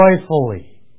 joyfully